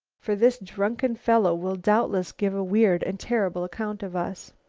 for this drunken fellow will doubtless give a weird and terrible account of us.